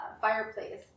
fireplace